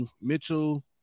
Mitchell